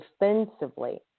defensively